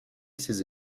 ses